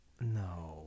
no